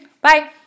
Bye